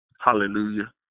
Hallelujah